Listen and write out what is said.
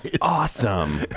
awesome